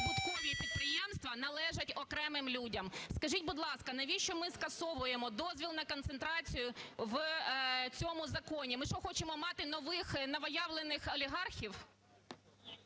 прибуткові підприємства належать окремим людям. Скажіть, будь ласка, навіщо ми скасовуємо дозвіл на концентрацію в цьому законі? Ми що, хочемо мати нових, новоявлених олігархів?